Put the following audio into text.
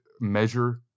measure